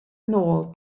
nôl